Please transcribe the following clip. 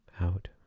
out